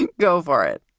and go for it.